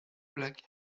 black